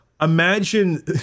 Imagine